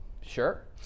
Sure